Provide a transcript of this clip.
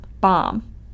bomb